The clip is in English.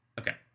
Okay